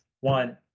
One